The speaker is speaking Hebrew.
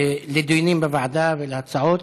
לדיונים בוועדה ולהצעות.